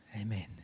Amen